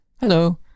Hello